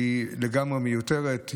שהיא לגמרי מיותרת,